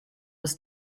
was